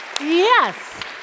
Yes